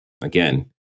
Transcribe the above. Again